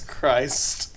Christ